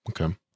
Okay